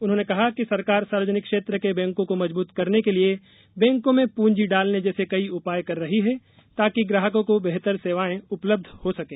उन्होंने कहा कि सरकार सार्वजनिक क्षेत्र के बैंकों को मजबृत करने के लिए बैंकों में पूजी डालने जैसे कई उपाय कर रही है ताकि ग्राहकों को बेहतर सेवाए उपलब्ध हो सकें